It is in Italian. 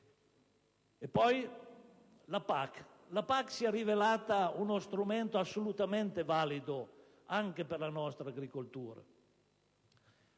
è poi la PAC. La PAC si è rivelata uno strumento assolutamente valido anche per la nostra agricoltura.